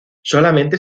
solamente